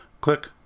Click